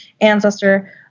ancestor